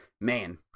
man